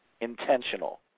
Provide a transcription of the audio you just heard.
intentional